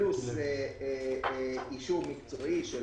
פלוס אישור מקצועי של